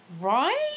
Right